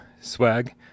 swag